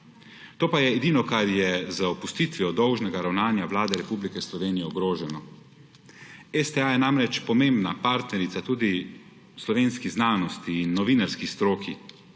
To pa je edino kar je z opustitvijo dolžnega ravnanja Vlade Republike Slovenije ogroženo. STA je namreč pomembna partnerica, tudi slovenski znanosti in novinarski stroki.